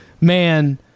Man